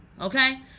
Okay